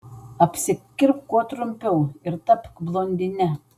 apsikirpk kuo trumpiau ir tapk blondine